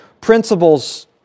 principles